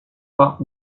pas